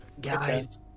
Guys